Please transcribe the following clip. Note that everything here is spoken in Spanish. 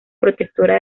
protectora